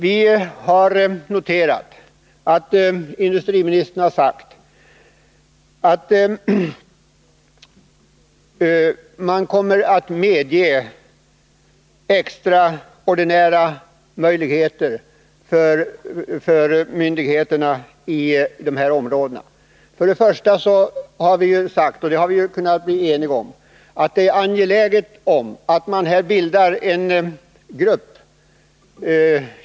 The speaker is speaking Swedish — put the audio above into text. Vi har noterat att industriministern har sagt att regeringen kommer att medge extraordinära möjligheter för myndigheterna i dessa områden. Först och främst har vi kunnat bli eniga i utskottet om att det är angeläget att man bildar en samarbetsgrupp.